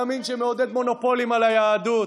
ימין שמעודד מונופולים על היהדות.